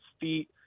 feet